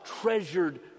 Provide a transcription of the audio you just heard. treasured